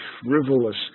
frivolous